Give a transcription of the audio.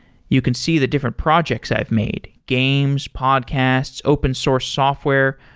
you can see the different projects i've made games, podcasts, open source software.